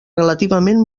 relativament